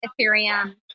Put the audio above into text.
Ethereum